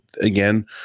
again